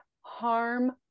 harm